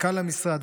מנכ"ל המשרד,